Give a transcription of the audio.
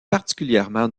particulièrement